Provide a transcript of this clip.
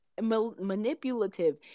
manipulative